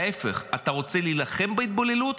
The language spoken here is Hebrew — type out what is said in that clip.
להפך, אתה רוצה להילחם בהתבוללות?